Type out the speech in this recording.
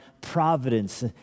providence